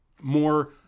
more